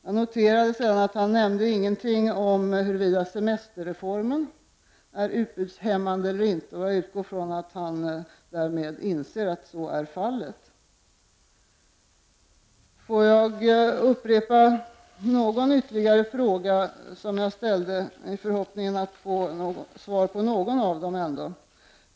Jag noterade sedan att finansministern inte nämnde något om huruvida semesterreformen är utbudshämmande eller inte. Och jag utgår från att han därmed inser att så är fallet. Får jag upprepa någon ytterligare fråga som jag ställde i förhoppning att få svar på någon av dem.